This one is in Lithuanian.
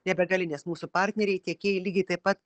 nebegali nes mūsų partneriai tiekėjai lygiai taip pat